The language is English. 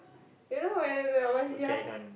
you know when when I was young